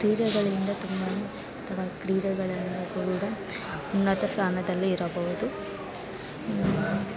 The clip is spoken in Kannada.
ಕ್ರೀಡೆಗಳಿಂದ ತುಂಬ ಅಥವಾ ಕ್ರೀಡೆಗಳನ್ನು ಉನ್ನತ ಸ್ಥಾನದಲ್ಲಿ ಇರಬಹುದು